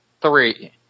three